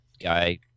guy